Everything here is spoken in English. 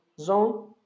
zone